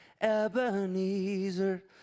Ebenezer